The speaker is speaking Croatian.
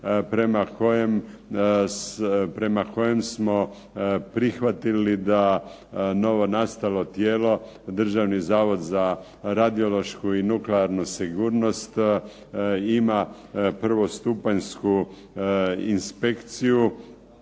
prema kojem smo prihvatili da novonastalo tijelo Državni zavod za radiološku i nuklearnu sigurnost ima prvostupanjsku inspekciju